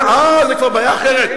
אה, זה כבר בעיה אחרת.